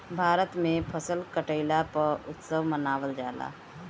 भारत में फसल कटईला पअ उत्सव मनावल जाला